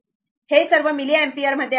हे सर्व milliampere मध्ये आहेत